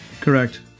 Correct